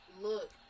look